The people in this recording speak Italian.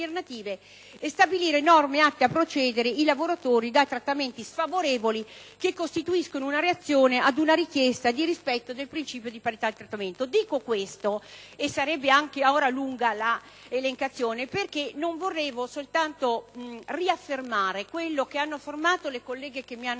e stabilire norme atte a proteggere i lavoratori da trattamenti sfavorevoli che costituiscono una reazione ad una richiesta di rispetto del principio di parità di trattamento. Dico questo, e sarebbe lunga l'elencazione, perché non volevo soltanto riaffermare quello che hanno sostenuto le colleghe che mi hanno